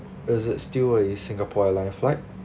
is it still a singapore airline flight